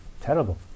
terrible